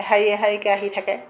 এশাৰী এশাৰীকৈ আহি থাকে